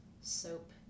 soap